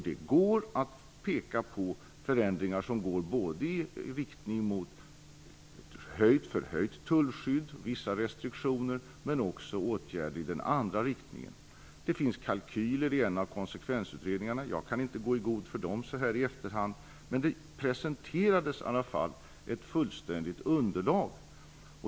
Det går att peka på förändringar som går i riktning mot förhöjt tullskydd och vissa restriktioner, men även på åtgärder i den andra riktningen. Det finns kalkyler i en av konsekvensutredningarna. Jag kan inte gå i god för dem så här i efterhand. Men det presenterades i alla fall ett fullständigt underlag.